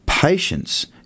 Patience